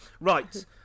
right